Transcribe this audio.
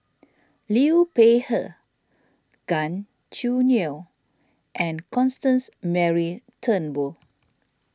Liu Peihe Gan Choo Neo and Constance Mary Turnbull